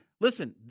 Listen